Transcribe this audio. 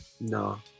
No